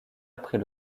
après